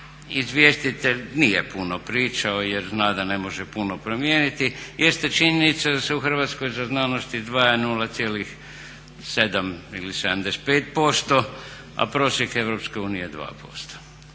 izvjestitelj nije puno pričao jer zna da ne može puno promijeniti jeste činjenica da se u Hrvatskoj izdvaja 0,7 ili 75%, a prosjek EU je